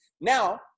Now